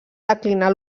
declinar